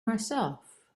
myself